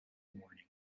morning